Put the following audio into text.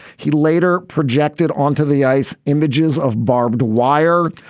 he later projected onto the ice. images of barbed wire.